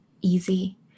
easy